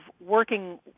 working